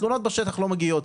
התלונות בשטח לא מגיעות.